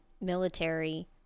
military